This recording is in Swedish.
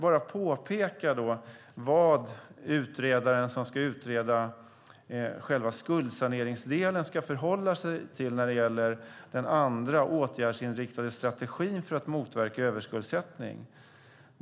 Jag vill påpeka vad utredaren som ska utreda själva skuldsaneringsdelen ska förhålla sig till när det gäller den andra åtgärdsinriktade strategin för att motverka överskuldsättning.